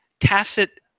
tacit